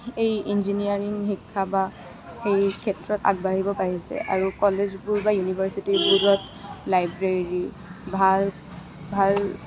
এই ইঞ্জিনায়াৰিং শিক্ষা বা সেই ক্ষেত্ৰত আগবাঢ়িব পাৰিছে আৰু কলেজবোৰ বা ইউনিভাৰছিটিবোৰত লাইব্ৰেৰি ভাল ভাল